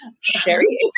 Sherry